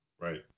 Right